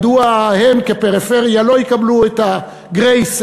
מדוע הם כפריפריה לא יקבלו את הגרייס,